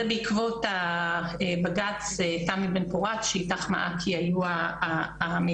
בעקבות בג"צ שתמי בן פורת שאיתך מעכי היו המייצגות,